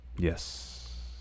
Yes